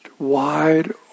wide